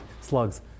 slugs